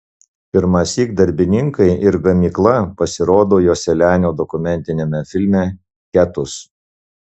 pirmąsyk darbininkai ir gamykla pasirodo joselianio dokumentiniame filme ketus